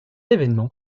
événement